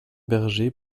berger